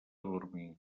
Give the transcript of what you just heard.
dormir